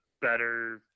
better